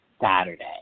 Saturday